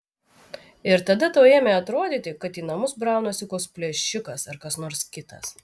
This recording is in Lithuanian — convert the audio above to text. ir tada tau ėmė atrodyti kad į namus braunasi koks plėšikas ar kas nors kitas